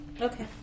okay